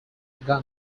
indira